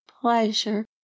pleasure